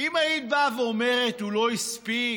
אם היית באה ואומרת: הוא לא הספיק,